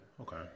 Okay